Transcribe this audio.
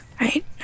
Right